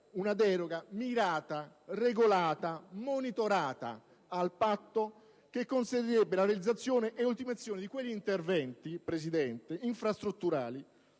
una deroga mirata, regolata, monitorata al Patto, che consentirebbe la realizzazione e l'ultimazione di quegli interventi infrastrutturali